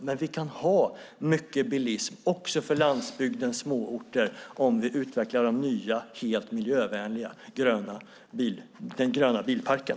Vi kan dock ha mycket bilism också för landsbygdens småorter om vi utvecklar den nya, helt miljövänliga gröna bilparken.